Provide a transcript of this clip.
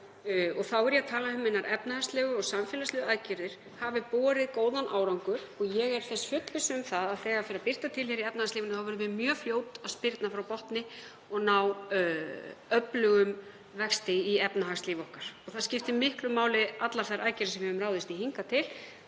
og þá er ég að tala um hinar efnahagslegu og samfélagslegu aðgerðir, hafi borið góðan árangur og ég er þess fullviss að þegar fer að birta til í efnahagslífinu verðum við mjög fljót að spyrna frá botni og ná öflugum vexti í efnahagslífi okkar. Þar skipta miklu máli allar þær aðgerðir sem við höfum ráðist í hingað til,